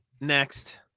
Next